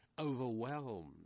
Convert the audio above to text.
overwhelmed